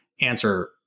answer